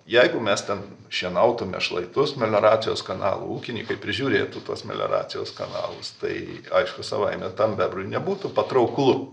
jeigu mes ten šienautume šlaitus melioracijos kanalų ūkinykai prižiūrėtų tuos melioracijos kanalus tai aišku savaime tam bebrui nebūtų patrauklu